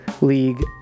league